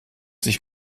sich